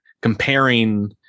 comparing